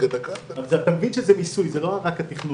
רק באמת היינו צריכים להכניס את סעיף הערר.